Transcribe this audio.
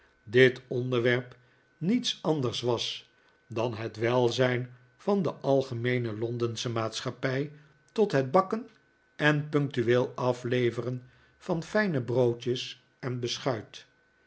dit onderwerp niets anders was dan het welzijn van de algemeene londensche maatschappij tot het bakken en punctueel afleveren van fijne broodjes en beschuit